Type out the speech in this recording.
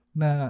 na